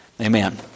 amen